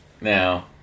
now